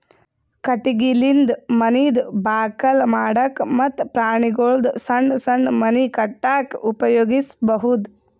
ಕಟಗಿಲಿಂದ ಮನಿದ್ ಬಾಕಲ್ ಮಾಡಕ್ಕ ಮತ್ತ್ ಪ್ರಾಣಿಗೊಳ್ದು ಸಣ್ಣ್ ಸಣ್ಣ್ ಮನಿ ಕಟ್ಟಕ್ಕ್ ಉಪಯೋಗಿಸಬಹುದು